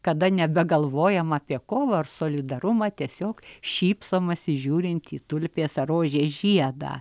kada nebegalvojam apie kovą ar solidarumą tiesiog šypsomasi žiūrint į tulpės ar rožės žiedą